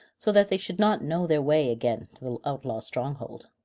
so that they should not know their way again to the outlaws' stronghold.